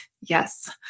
Yes